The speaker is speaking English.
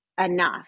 enough